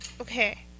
okay